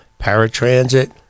paratransit